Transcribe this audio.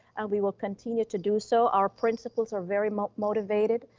we will continue to do so. our principals are very motivated